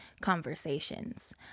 conversations